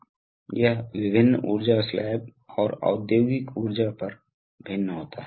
उदाहरण के लिए यह एक विशिष्ट तीन तरफा वाल्व है जो मैन्युअल रूप से इस नॉब का उपयोग करके संचालित होता है